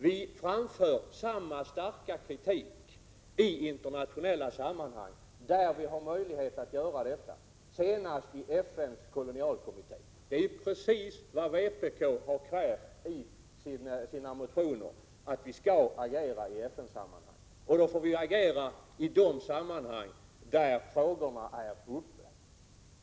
Vi framför samma starka kritik i internationella sammanhang där vi har möjlighet att göra detta, senast i FN:s kolonialkommitté. Det är precis på det sättet vpk har krävt i sina motioner att vi skall agera i FN-sammanhang, och då får vi agera i de organ där frågan är uppe.